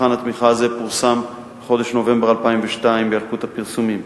מבחן התמיכה הזה פורסם בחודש נובמבר 2002 בילקוט הפרסומים.